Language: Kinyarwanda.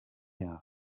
yawe